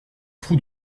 trou